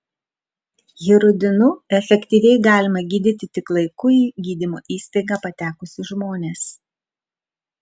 hirudinu efektyviai galima gydyti tik laiku į gydymo įstaigą patekusius žmones